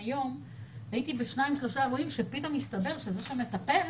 הייתי בשניים-שלושה אירועים שפתאום הסתבר שזה שמטפל,